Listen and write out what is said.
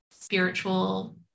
spiritual